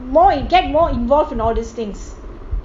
more get more involved in all these things